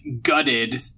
gutted